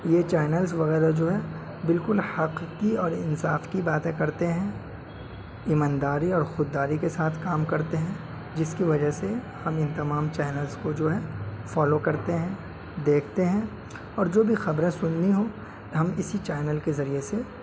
یہ چینلس وغیرہ جو ہیں بالکل حق کی اور انصاف کی باتیں کرتے ہیں ایمانداری اور خودداری کے ساتھ کام کرتے ہیں جس کی وجہ سے ہم ان تمام چینلس کو جو ہے فالو کرتے ہیں دیکھتے ہیں اور جو بھی خبریں سننی ہوں ہم اسی چینل کے ذریعے سے